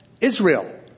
Israel